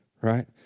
Right